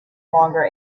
longer